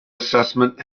assessment